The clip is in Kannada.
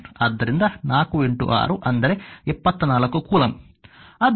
ಆದ್ದರಿಂದ 4 6 ಅಂದರೆ 24 ಕೂಲಂಬ್